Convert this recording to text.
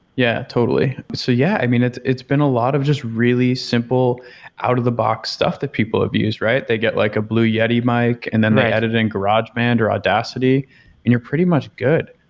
yeah, totally. so yeah, i mean, it's it's been a lot of just really simple out-of-the-box stuff that people have used, right? they get like a blue yeti mic and then they edit in garageband or audacity and you're pretty much good.